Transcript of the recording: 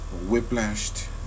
whiplashed